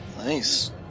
Nice